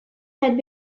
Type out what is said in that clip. had